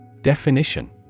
Definition